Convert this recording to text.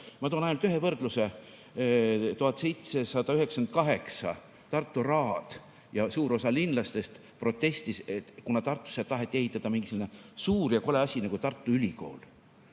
Ma toon ainult ühe võrdluse. 1798 Tartu raad ja suur osa linlastest protestis, kuna Tartusse taheti ehitada mingisugune suur ja kole asi nagu Tartu Ülikool.